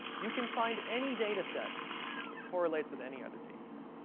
you can find any data set that correlates with any other data set.